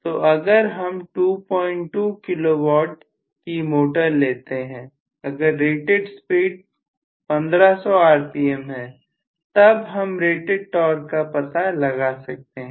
तो अगर हम 22kW की मोटर लेते हैं अगर रेटेड स्पीड 1500rpm है तब हम रेटेड टॉर्क का पता लगा सकते हैं